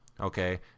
Okay